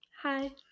Hi